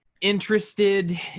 Interested